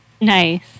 Nice